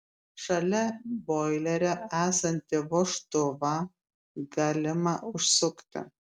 šalia boilerio esantį vožtuvą galima užsukti